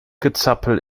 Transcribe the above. gezappel